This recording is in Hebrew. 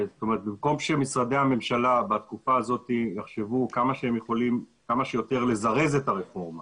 במקום שמשרדי הממשלה בתקופה הזאת יחשבו כמה שיותר לזרז את הרפורמה